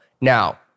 now